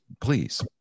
Please